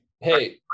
hey